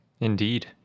Indeed